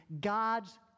God's